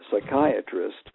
Psychiatrist